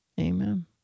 Amen